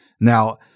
Now